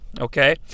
Okay